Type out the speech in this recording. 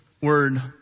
word